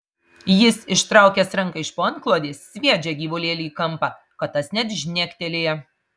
jis ištraukęs ranką iš po antklodės sviedžia gyvulėlį į kampą kad tas net žnektelėja